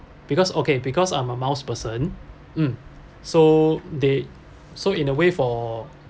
because okay because I'm a miles person mm so they so in a way for